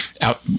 Out